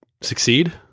succeed